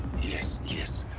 yes, yes.